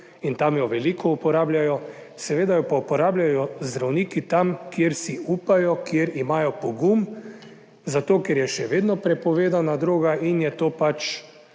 in tam jo veliko uporabljajo; seveda jo pa uporabljajo zdravniki tam, kjer si upajo, kjer imajo pogum, zato ker je še vedno prepovedana droga in je to pač